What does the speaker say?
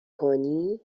کنی